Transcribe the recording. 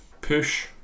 push